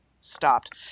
stopped